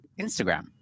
Instagram